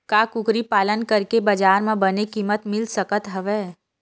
का कुकरी पालन करके बजार म बने किमत मिल सकत हवय?